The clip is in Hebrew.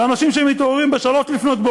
אלה אנשים שמתעוררים ב-03:00,